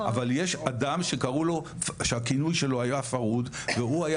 אבל יש אדם שהכינוי שלו היה פרהוד והוא היה